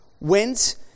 went